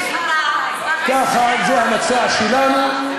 זה המצע שלנו.